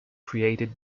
created